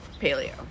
paleo